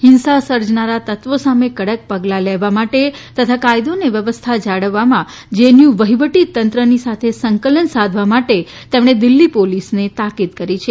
હિંસા સર્જનારાં તત્વો સામે કડક પગલાં લેવા માટે તથા કાયદો અને વ્યવસ્થા જાળવવામાં જેએનયુ વહીવટીતંત્રની સાથે સંકલન સાધવા માટે તેમણે દિલ્ફી પોલીસને તાકીદ કરી છે